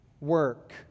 work